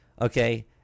okay